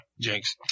Jinx